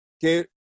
que